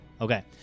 Okay